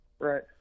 right